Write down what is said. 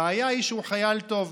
הבעיה, שהוא חייל טוב.